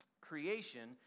creation